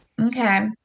Okay